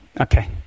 Okay